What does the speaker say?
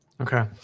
Okay